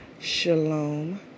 Shalom